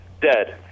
Dead